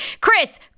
Chris